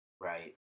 right